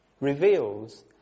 reveals